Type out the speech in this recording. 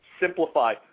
simplify